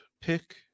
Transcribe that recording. pick